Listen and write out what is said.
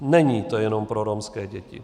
Není to jenom pro romské děti.